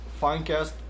Finecast